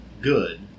good